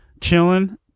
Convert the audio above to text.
chilling